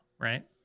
right